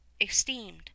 esteemed